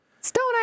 Stone